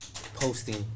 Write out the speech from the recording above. posting